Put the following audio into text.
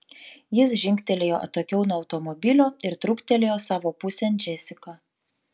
jis žingtelėjo atokiau nuo automobilio ir truktelėjo savo pusėn džesiką